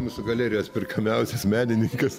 mūsų galerijos perkamiausios meninikas